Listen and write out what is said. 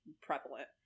prevalent